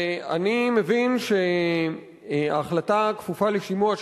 ואני מבין שההחלטה כפופה לשימוע,